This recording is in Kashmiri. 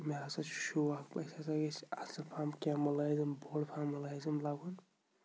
مےٚ ہسا چھُ شوق أسۍ ہسا گٔژھۍ اَصٕل پَہَم کیٚنٛہہ مُلٲزِم بوٚڑ پَہم مُلٲزِم لَگُن